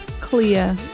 clear